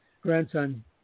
grandson